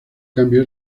cambio